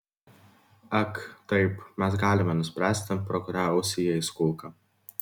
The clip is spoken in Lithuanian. ak taip mes galime nuspręsti pro kurią ausį įeis kulka